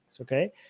Okay